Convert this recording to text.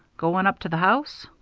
going up to the house?